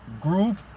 group